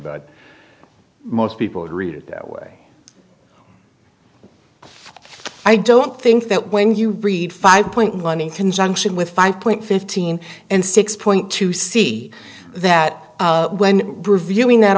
but most people would read it that way i don't think that when you read five point one in conjunction with five point fifteen and six point two see that when reviewing that